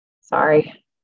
sorry